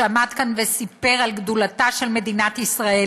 שעמד כאן וסיפר על גדולתה של מדינת ישראל